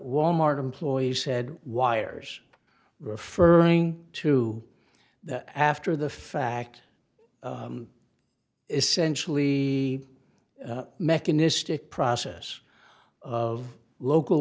walmart employee said wires referring to that after the fact is sensually mechanistic process of local